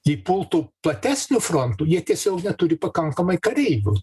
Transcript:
jei pultų platesniu frontu jie tiesiog neturi pakankamai kareivių